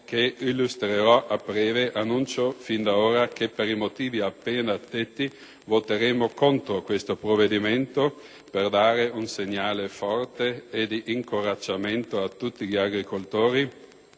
che illustrerò tra breve - annuncio fin d'ora che, per i motivi testé ricordati, voteremo contro questo provvedimento per dare un segnale forte e di incoraggiamento a tutti gli agricoltori